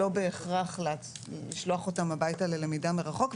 לא בהכרח לשלוח אותם הביתה ללמידה מרחוק,